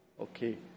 Okay